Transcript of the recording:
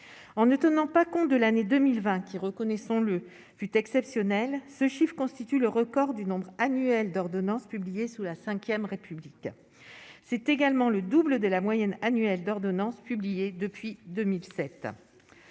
en ne tenant pas compte de l'année 2020 qui, reconnaissons-le, fut exceptionnelle ce chiffre constitue le record du nombre annuel d'ordonnance publiée sous la 5ème République, c'est également le double de la moyenne annuelle d'ordonnances publiées depuis 2007,